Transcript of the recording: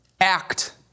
act